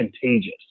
contagious